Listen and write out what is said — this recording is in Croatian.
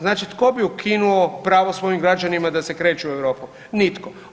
Znači tko bi ukinuo pravo svojim građanima da se kreću Europom, nitko.